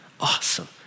awesome